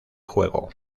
juego